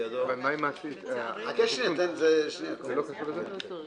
הצבעה בעד, 2 נגד, אין נמנעים, אין סעיף